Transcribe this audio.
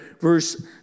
verse